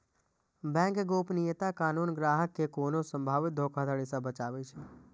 bank गोपनीयता कानून ग्राहक कें कोनो संभावित धोखाधड़ी सं बचाबै छै